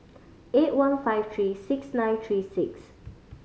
eight one five three six nine three six